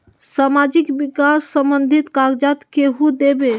समाजीक विकास संबंधित कागज़ात केहु देबे?